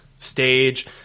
Stage